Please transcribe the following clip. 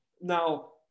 Now